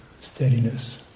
steadiness